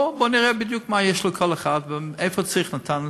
בואו נראה בדיוק מה יש לכל אחד ואיפה צריך נט"ן.